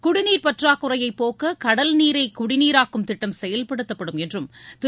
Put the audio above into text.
குடிநீர் பற்றாக்குறையை போக்க கடல்நீரை குடிநீராக்கும் திட்டம் செயல்படுத்தப்படும என்றும் திரு